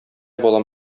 балам